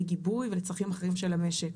לגיבוי ולצרכים אחרים של המשק.